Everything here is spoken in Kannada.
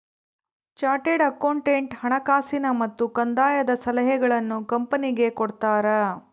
ಚಾರ್ಟೆಡ್ ಅಕೌಂಟೆಂಟ್ ಹಣಕಾಸಿನ ಮತ್ತು ಕಂದಾಯದ ಸಲಹೆಗಳನ್ನು ಕಂಪನಿಗೆ ಕೊಡ್ತಾರ